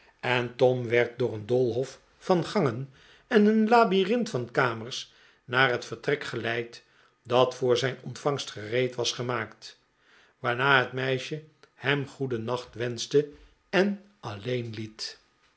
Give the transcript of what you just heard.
en tom werd door een doolhof van gangen en een labyrinth van kamers naar het vertrek geleid dat voor zijn ontvangst gereed was gemaakt waarna het meisje hem goedennacht wenschte en alleen liet